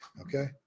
Okay